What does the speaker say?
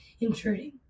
intruding